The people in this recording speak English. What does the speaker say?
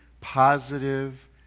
positive